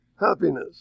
happiness